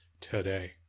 today